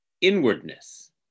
inwardness